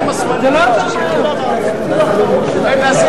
ההסתייגות של חבר הכנסת נחמן שי לסעיף